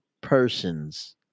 persons